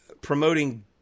promoting